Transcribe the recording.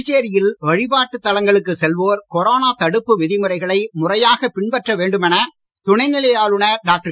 புதுச்சேரியில் வழிபாட்டுத் தலங்களுக்குச் செல்வோர் கொரோனா தடுப்பு விதிமுறைகளை முறையாகப் பின்பற்ற வேண்டுமென துணைநிலை ஆளுனர் டாக்டர்